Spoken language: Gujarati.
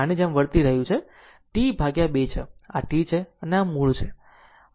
તેથી તે આની જેમ આવી રહ્યું છે તે t 2 છે અને આ t છે અને આ મૂળ છે